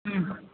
ಹ್ಞೂ